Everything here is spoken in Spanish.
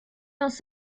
dos